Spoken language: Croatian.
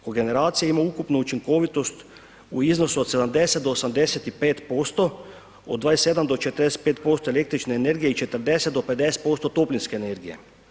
Kogeneracija ima ukupnu učinkovitost u iznosu od 70 do 85%, od 27 do 45% električne energije i 40 do 50% toplinske energije.